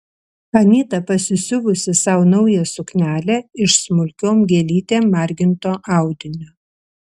anyta pasisiuvusi sau naują suknelę iš smulkiom gėlytėm marginto audinio